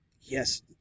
yes